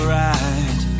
right